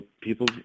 people